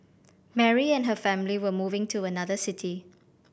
Mary and her family were moving to another city